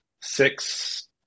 six